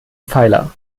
pfeiler